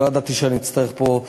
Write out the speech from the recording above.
לא ידעתי שאני אצטרך לענות פה,